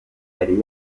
yari